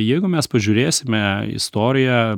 jeigu mes pažiūrėsime į istoriją